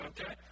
okay